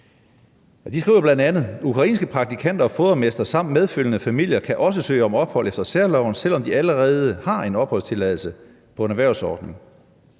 de skriver bl.a.: »Ukrainske praktikanter og fodermestre, samt medfølgende familie kan også søge om ophold efter særloven, selvom de allerede har en opholdstilladelse på en erhvervsordning.«